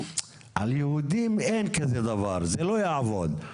על יהודים אין כזה דבר, זה לא יעבוד.